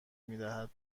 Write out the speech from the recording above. میدهد